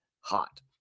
hot